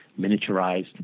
miniaturized